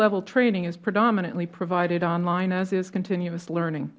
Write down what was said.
level training is predominantly provided online as is continuous learning